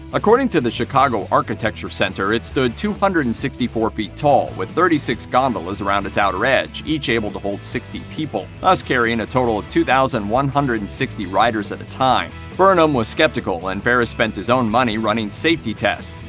according to the chicago architecture center, it stood two hundred and sixty four ft tall, with thirty six gondolas around its outer edge, each able to hold sixty people, thus carrying a total of two thousand one hundred and sixty riders at a time. burnham was skeptical, and ferris spent his own money running safety tests.